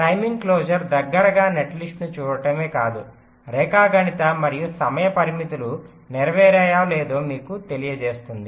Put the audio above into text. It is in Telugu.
టైమింగ్ క్లోజర్దగ్గరగా నెట్లిస్ట్ను చూడటమే కాదు రేఖాగణిత మరియు సమయ పరిమితులు నెరవేరాయో లేదో మీకు తెలియజేస్తుంది